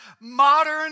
modern